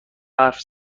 حرف